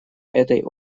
этой